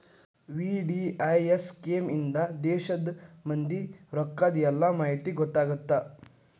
VDIS scheme ಇಂದಾ ದೇಶದ್ ಮಂದಿ ರೊಕ್ಕದ್ ಎಲ್ಲಾ ಮಾಹಿತಿ ಗೊತ್ತಾಗತ್ತ